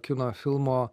kino filmo